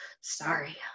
sorry